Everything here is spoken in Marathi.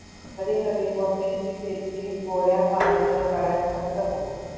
कधी कधी मोत्यांची शेती गोड्या पाण्याच्या तळ्यात पण करतात